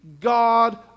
God